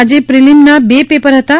આજે પ્રીલીમના બે પેપર હતાં